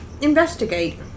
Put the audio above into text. investigate